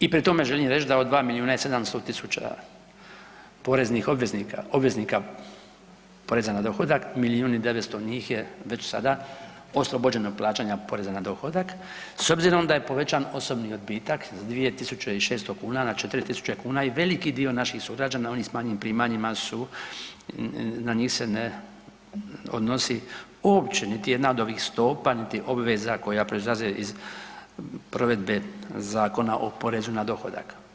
I pri tome želim reći da od 2 milijuna i 700 000 poreznih obveznika poreza na dohodak, milijun i 900 njih je već sada oslobođeno plaćanja poreza na dohodak s obzirom da je povećan osobni odbitak s 2.600 kuna na 4.000 kuna i veliki dio naših sugrađana, onih s manjim primanjima su, na njih se ne odnosi niti jedna od ovih stopa niti obveza koja proizlazi iz provedbe Zakona o porezu na dohodak.